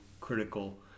critical